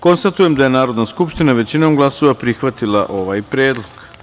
Konstatujem da je Narodna skupština većinom glasova prihvatila ovaj Predlog.